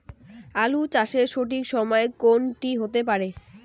আলু চাষের সঠিক সময় কোন টি হতে পারে?